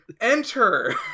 enter